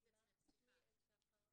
שמי יעל שחר,